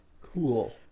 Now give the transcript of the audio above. Cool